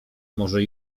może